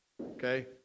Okay